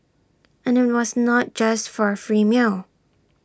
and IT was not just for A free meal